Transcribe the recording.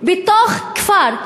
בתוך כפר,